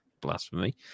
blasphemy